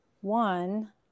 One